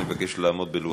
אני מבקש לעמוד בלוח זמנים.